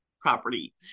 property